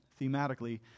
thematically